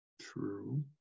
True